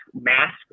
mask